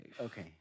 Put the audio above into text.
Okay